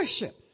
worship